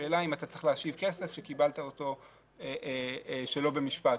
השאלה אם אתה צריך להשיב כסף שקיבלת אותו שלא במשפט,